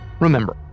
remember